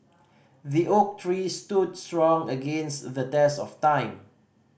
the oak tree stood strong against the test of time